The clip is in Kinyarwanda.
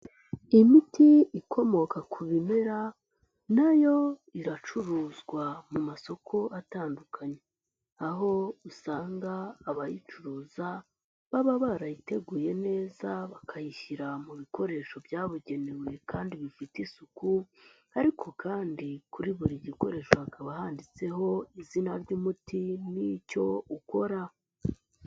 Imiti ikomoka ku bimera na yo iracuruzwa mu masoko atandukanye, aho usanga abayicuruza baba barayiteguye neza bakayishyira mu bikoresho byabugenewe kandi bifite isuku, ariko kandi kuri buri gikoresho hakaba handitseho izina ry'umuti n'icyo ukora.